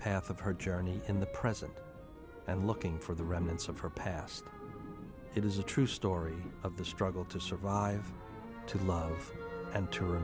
path of her journey in the present and looking for the remnants of her past it is a true story of the struggle to survive to love and to